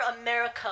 America